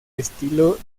estilo